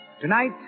Tonight